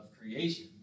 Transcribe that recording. creation